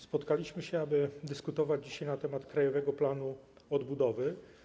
Spotkaliśmy się, aby dyskutować dzisiaj na temat Krajowego Planu Odbudowy.